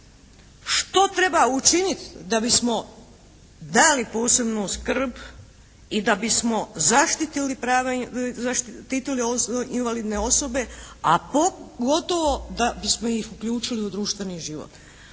Što treba učiniti da bismo dali posebnu skrb i da bismo zaštitili prava, zaštitili invalidne osobe, a pogotovo da bismo ih uključili u društveni život.